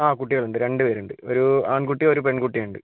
ആ കുട്ടികള് ഉണ്ട് രണ്ടു പേരുണ്ട് ഒരു ആണ്കുട്ടിയും ഒരു പെണ്കുട്ടിയും ഉണ്ട്